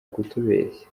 kutubeshya